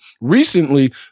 recently